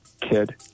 kid